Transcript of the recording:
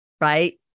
Right